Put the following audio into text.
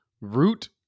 root